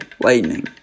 lightning